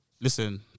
Listen